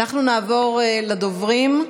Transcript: אנחנו נעבור לדוברים.